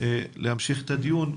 להמשיך את הדיון,